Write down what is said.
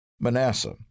Manasseh